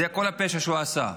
זה כל הפשע שהוא עשה.